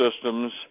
systems